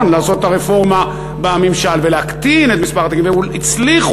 לעשות את הרפורמה בממשל ולהקטין את מספר התיקים והצליחו,